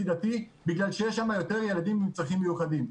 דתי בגלל שיש שם יותר ילדים בחינוך המיוחד.